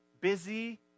busy